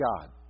God